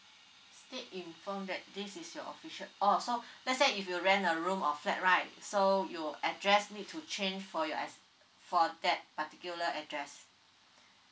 inform that this is your official oh so let's say if you rent a room or flat right so your address need to change for your as for that particular address